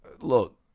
Look